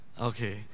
Okay